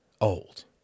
old